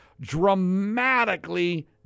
dramatically